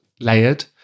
Layered